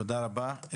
תודה רבה.